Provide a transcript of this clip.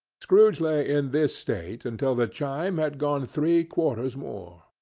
scrooge lay in this state until the chime had gone three quarters more,